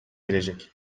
girecek